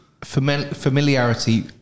familiarity